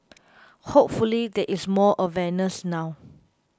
hopefully there is more awareness now